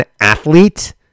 athlete